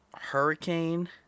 Hurricane